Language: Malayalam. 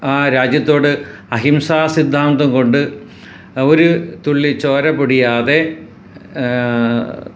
ആ രാജ്യത്തോട് അഹിംസ സിദ്ധാന്തം കൊണ്ട് ഒരു തുള്ളി ചോര പൊടിയാതെ